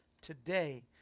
today